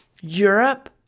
Europe